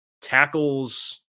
tackles